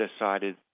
decided